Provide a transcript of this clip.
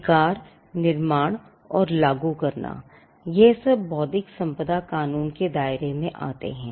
अधिकार निर्माण और लागू करना यह सब बौद्धिक संपदा कानून के दायरे में आते हैं